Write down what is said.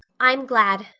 i'm glad,